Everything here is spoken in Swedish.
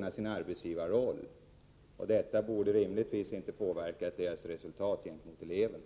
en reglering av lönerna. Det borde givetvis inte påverka deras arbete gentemot eleverna.